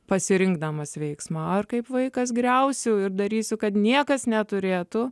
pasirinkdamas veiksmą ar kaip vaikas griausiu ir darysiu kad niekas neturėtų